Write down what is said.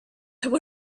would